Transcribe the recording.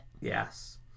Yes